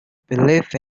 belief